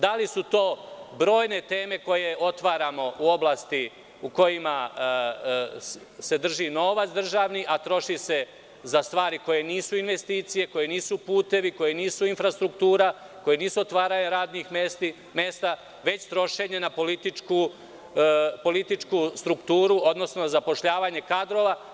Da li su to brojne teme koje otvaramo u oblasti u kojima se drži novac državni a troši se za stvari koje nisu investicije, koje nisu putevi, koje nisu infrastruktura, koje nisu otvaranje radnih mesta, već trošenje na političku strukturu odnosno zapošljavanje kadrova.